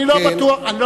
אני אומר לכם כך,